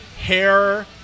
hair